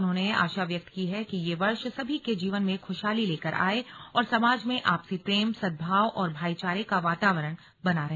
उन्होंने आशा व्यक्त की कि यह वर्ष सभी के जीवन में खुशहाली लेकर आए और समाज में आपसी प्रेम सद्भाव और भाईचारे का वातावरण बना रहे